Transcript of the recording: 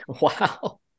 wow